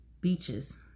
beaches